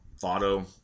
photo